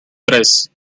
tres